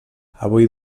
avui